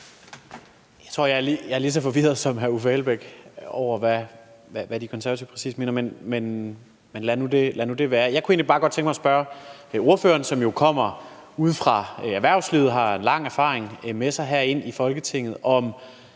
Jeg tror, jeg er lige så forvirret som hr. Uffe Elbæk over, hvad De Konservative præcis mener, men lad nu det være. Jeg kunne egentlig bare godt tænke mig at spørge ordføreren, som jo kommer ude fra erhvervslivet og har en lang erfaring med sig herind i Folketinget, om